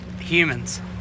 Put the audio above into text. humans